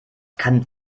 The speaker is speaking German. kann